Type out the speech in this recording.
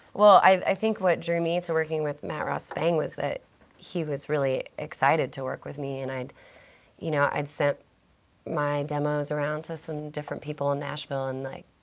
well, i think what drew me to working with matt ross-spang was that he was really excited to work with me. and i'd you know, i'd sent my demos around to some different people in nashville, and, like,